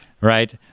Right